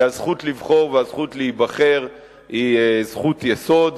כי הזכות לבחור והזכות להיבחר היא זכות יסוד,